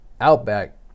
outback